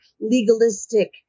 legalistic